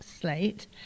slate –